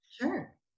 Sure